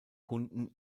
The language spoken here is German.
kunden